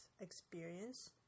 experience